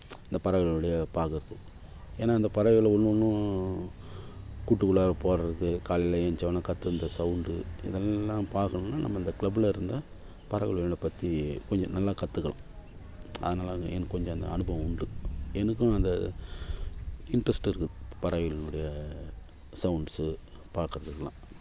இந்த பறவைகள் அப்படியே பார்க்கறது ஏன்னால் இந்த பறவைகள் ஒன்று ஒன்றும் கூட்டுக்குள்ளார போடுறது காலையில் எழுந்தச்ச ஒடனே கற்றுற இந்த சவுண்டு இதெல்லாம் பார்க்கணுன்னா நம்ம இந்த க்ளப்பில் இருந்தால் பறவைகளை இன்னும் பற்றி கொஞ்சம் நல்லா கற்றுக்கலாம் அதனால அங் எனக்கு கொஞ்சம் அந்த அனுபவம் உண்டு எனக்கும் அந்த இன்ட்ரஸ்ட் இருக்குது பறவைகள்னுடைய சவுண்ட்ஸு பார்க்கறதுக்குலாம்